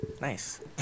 Nice